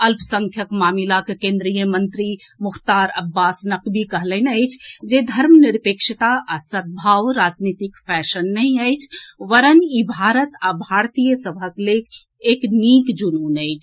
अल्पसंख्यक मामिलाक केन्द्रीय मंत्री मुख्तार अब्बास नकवी कहलनि अछि जे धर्मनिरपेक्षता आ सद्भाव राजनीतिक फैशन नहि अछि वरन् ई भारत आ भारतीय सभक लेल एक नीक जुनून अछि